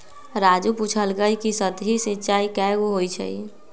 राजू पूछलकई कि सतही सिंचाई कैगो होई छई